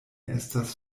estas